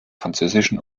französischen